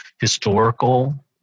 historical